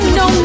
no